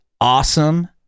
awesome